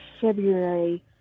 February